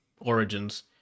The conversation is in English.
origins